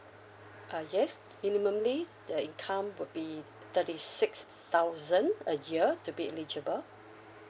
uh yes minimumly the income would be thirty six thousand a year to be eligible